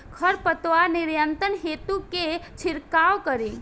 खर पतवार नियंत्रण हेतु का छिड़काव करी?